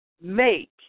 make